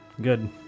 Good